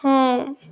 ହଁ